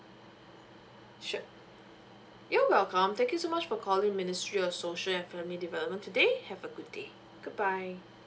sure you're welcome thank you so much for calling ministry of social and family development today have a good day goodbye